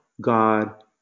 God